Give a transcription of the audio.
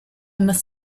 must